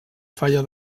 falla